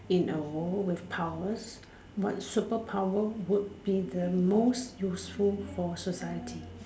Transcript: in a world with powers what super power would be the most useful for society